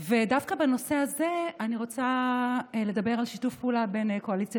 ודווקא בנושא הזה אני רוצה לדבר על שיתוף פעולה בין קואליציה